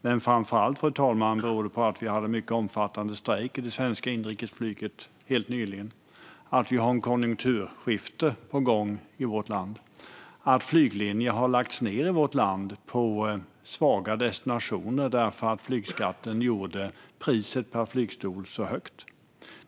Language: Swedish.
Men framför allt, fru talman, beror det på att vi hade en mycket omfattande strejk i det svenska inrikesflyget helt nyligen, att vi har ett konjunkturskifte på gång i vårt land och att flyglinjer har lagts ned på svaga destinationer eftersom flygskatten gjort priset per flygstol så högt.